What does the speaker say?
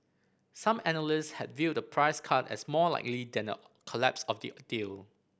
some analyst had viewed a price cut as more likely than a collapse of the deal